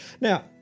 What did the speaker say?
Now